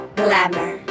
glamour